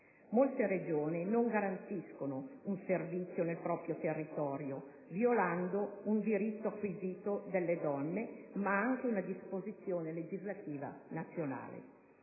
Molte Regioni non garantiscono un servizio nel proprio territorio, violando un diritto acquisito delle donne, ma anche una disposizione legislativa nazionale